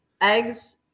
eggs